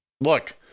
Look